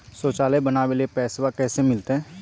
शौचालय बनावे ले पैसबा कैसे मिलते?